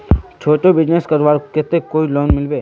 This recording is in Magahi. छोटो बिजनेस करवार केते कोई लोन मिलबे?